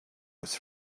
was